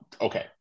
Okay